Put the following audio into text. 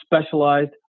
specialized